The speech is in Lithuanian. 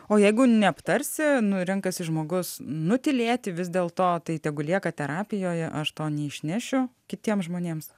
o jeigu neaptarsi nu renkasi žmogus nutylėti vis dėlto tai tegu lieka terapijoje aš to neišnešiu kitiems žmonėms